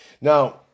now